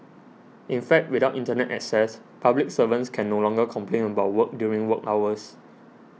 in fact without Internet access public servants can no longer complain about work during work hours